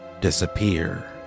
disappear